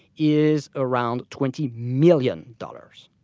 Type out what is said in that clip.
is around twenty million dollars.